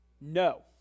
No